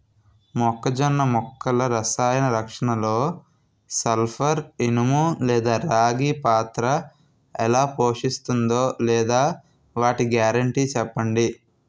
మొక్కజొన్న మొక్కల రసాయన రక్షణలో సల్పర్, ఇనుము లేదా రాగి పాత్ర ఎలా పోషిస్తుందో లేదా వాటి గ్యారంటీ చెప్పండి